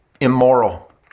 immoral